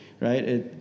right